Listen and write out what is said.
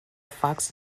fox